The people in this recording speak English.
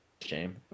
shame